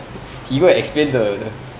he go and explain the the